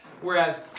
Whereas